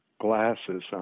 glasses